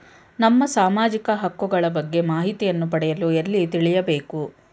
ನಮ್ಮ ಸಾಮಾಜಿಕ ಹಕ್ಕುಗಳ ಬಗ್ಗೆ ಮಾಹಿತಿಯನ್ನು ಪಡೆಯಲು ಎಲ್ಲಿ ತಿಳಿಯಬೇಕು?